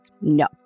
no